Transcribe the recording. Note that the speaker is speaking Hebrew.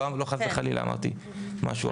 לא אמרתי, חלילה, משהו אחר.